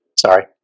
sorry